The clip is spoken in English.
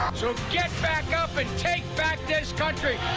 so get back up and take back this country!